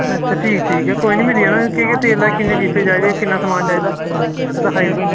अच्छा अच्चा ठीक कोई निं मिली जाना ते किन्ने पीपे चाहिदे किन्ना समान चाहिदा ते लिखाई ओड़ेओ